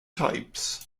types